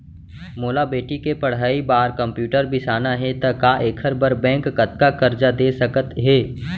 मोला बेटी के पढ़ई बार कम्प्यूटर बिसाना हे त का एखर बर बैंक कतका करजा दे सकत हे?